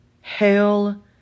Hell